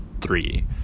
three